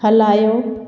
हलायो